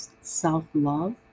self-love